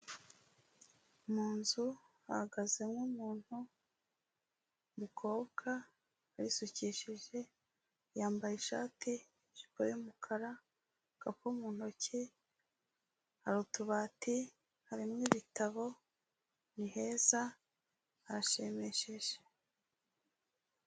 Mu nzu hahagazemo umuntu, umukobwa wisukishije, yambaye ishati, ijipo y'umukara, agakapu mu ntoki, hari utubati, harimo ibitabo, ni heza, harashimishije.